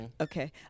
okay